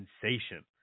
sensation